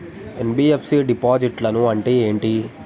NBFC డిపాజిట్లను అంటే ఏంటి?